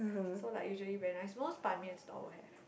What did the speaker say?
so like usually very nice most Ban Mian stall will have